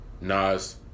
Nas